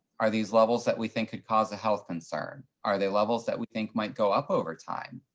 are these levels that we think could cause a health concern? are they levels that we think might go up over time?